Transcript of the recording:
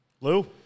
Lou